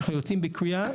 שאנחנו יוצאים בקריאה,